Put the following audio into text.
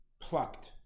plucked